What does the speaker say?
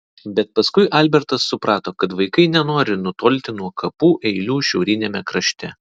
bet paskui albertas suprato kad vaikai nenori nutolti nuo kapų eilių šiauriniame krašte